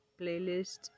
playlist